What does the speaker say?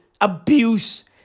Abuse